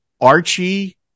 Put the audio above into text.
Archie –